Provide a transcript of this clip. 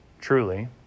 truly